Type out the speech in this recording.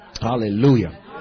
Hallelujah